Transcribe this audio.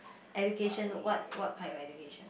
education w~ what what kind of education